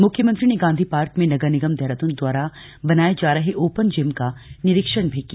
मुख्यमंत्री ने गांधी पार्क में नगर निगम देहरादून द्वारा बनाये जा रहे ओपन जिम का निरीक्षण भी किया